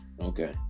Okay